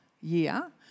year